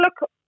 look